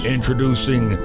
Introducing